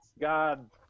God